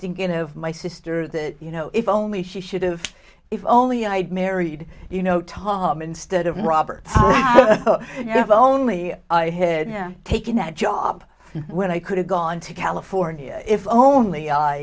thinking of my sister that you know if only she should've if only i had married you know tom instead of robert have only taken that job when i could have gone to california if only i